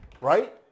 right